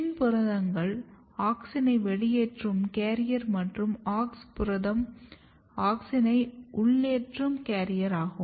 PIN புரதங்கள் ஆக்ஸினை வெளியேற்றும் கேரியர் மற்றும் AUX புரதம் ஆக்ஸினை உள்யேற்றம் கேரியர் ஆகும்